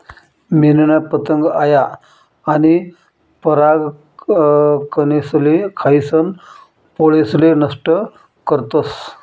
मेनना पतंग आया आनी परागकनेसले खायीसन पोळेसले नष्ट करतस